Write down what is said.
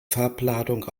farbladung